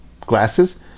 glasses